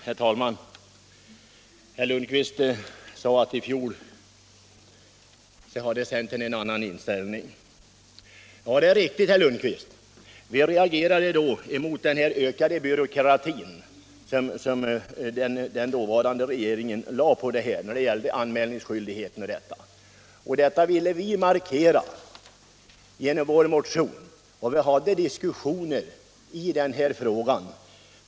Herr talman! Herr Lundkvist sade att i fjol hade centern en annan inställning. Ja, det är riktigt, herr Lundkvist. Vi reagerade mot den ökade byråkrati som den dåvarande regeringen tillämpade när det gällde anmälningsskyldighet osv. Detta ville vi markera genom vår motion. Vi hade diskussioner i den här frågan.